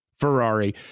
Ferrari